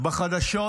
בחדשות